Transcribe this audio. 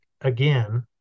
again